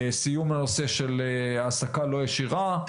סיום הנושא של העסקה לא ישירה,